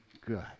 good